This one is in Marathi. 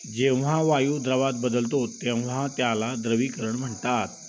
जेव्हा वायू द्रवात बदलतो तेव्हा त्याला द्रवीकरण म्हणतात